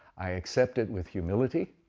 i accept it with humility,